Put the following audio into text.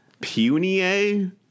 Punier